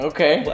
Okay